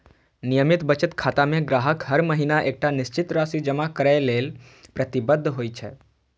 नियमित बचत खाता मे ग्राहक हर महीना एकटा निश्चित राशि जमा करै लेल प्रतिबद्ध होइ छै